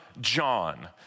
John